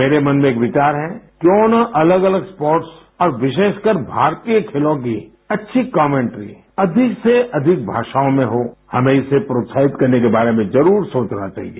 मेरे मन में एक विचार है क्यों न अलग अलग स्पोर्ट्स और विशेषकर भारतीय खेलों की अच्छी कमेंट्री अधिक से अधिक भाषाओं में हो हमें इसे प्रोत्साहित करने के बारे में जरूर सोचना चाहिए